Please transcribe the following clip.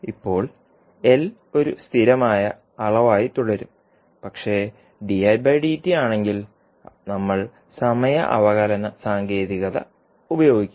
ഇപ്പോൾ L ഒരു സ്ഥിരമായ അളവായി തുടരും പക്ഷേ di dt ആണെങ്കിൽ നമ്മൾ സമയ അവകലന സാങ്കേതികത ഉപയോഗിക്കും